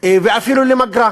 ואפילו למגרה.